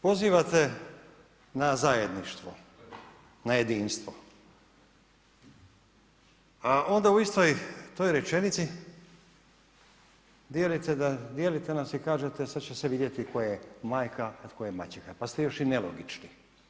Pozivate na zajedništvo, na jedinstvo a onda u istoj toj rečenici dijelite nas i kažete sad će se vidjeti tko je majka a tko je maćeha pa ste još i nelogični.